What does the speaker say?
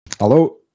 Hello